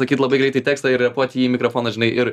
sakyt labai greitai tekstą ir repuot jį į mikrofoną žinai ir